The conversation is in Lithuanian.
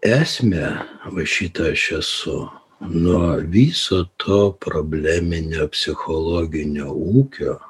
esmę va šitą aš esu nuo viso to probleminio psichologinio ūkio